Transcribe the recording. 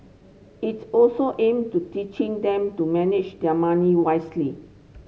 it's also aimed to teaching them to manage their money wisely